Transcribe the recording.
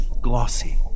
glossy